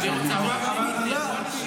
זו עבירה פלילית, נהרגו אנשים.